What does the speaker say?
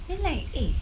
then like eh